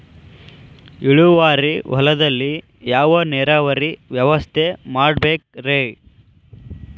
ಇಳುವಾರಿ ಹೊಲದಲ್ಲಿ ಯಾವ ನೇರಾವರಿ ವ್ಯವಸ್ಥೆ ಮಾಡಬೇಕ್ ರೇ?